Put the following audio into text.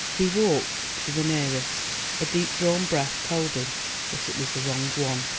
he walked to the nearest a deep-drawn breath told him that it was the wrong one.